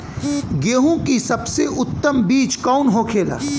गेहूँ की सबसे उत्तम बीज कौन होखेला?